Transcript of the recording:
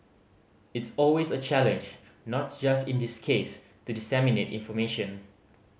it's always a challenge not just in this case to disseminate information